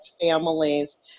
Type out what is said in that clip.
families